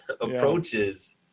approaches